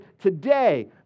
today